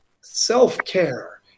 self-care